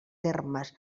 termes